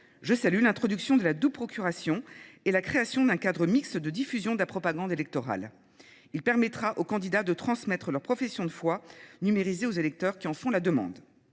Je cellule l'introduction de la double procuration et la création d'un cadre mixte de diffusion de la propagande électorale. Il permettra aux candidats de transmettre leur profession de foi numérisée aux électeurs qui en font la demande.